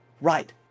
right